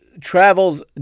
travels